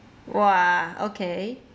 !wah! okay